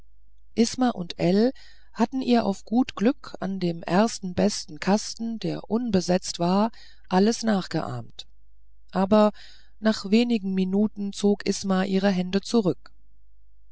isma und ell hatten ihr auf gut glück an dem ersten besten kasten der unbesetzt war alles nachgeahmt aber nach wenigen minuten zog isma ihre hände zurück